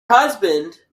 husband